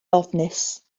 ofnus